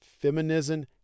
Feminism